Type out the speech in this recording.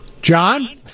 John